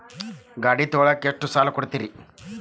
ಗಾಡಿ ತಗೋಳಾಕ್ ಎಷ್ಟ ಸಾಲ ಕೊಡ್ತೇರಿ?